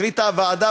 החליטה הוועדה,